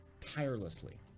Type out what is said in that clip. tirelessly